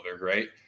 right